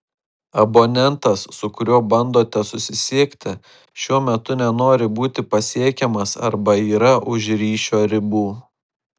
abonentas su kuriuo bandote susisiekti šiuo metu nenori būti pasiekiamas arba yra už ryšio ribų